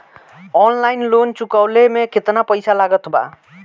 Online loan चुकवले मे केतना पईसा लागत बा?